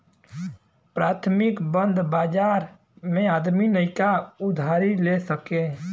प्राथमिक बंध बाजार मे आदमी नइका उधारी ले सके